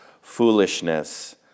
foolishness